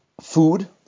food